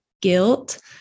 guilt